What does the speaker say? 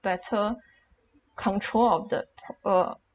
better control of the p~ uh